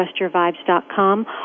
TrustYourVibes.com